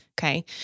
Okay